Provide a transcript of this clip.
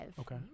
Okay